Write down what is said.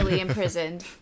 imprisoned